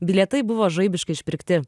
bilietai buvo žaibiškai išpirkti